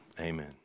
amen